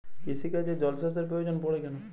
কৃষিকাজে জলসেচের প্রয়োজন পড়ে কেন?